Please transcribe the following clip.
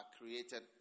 created